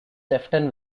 sefton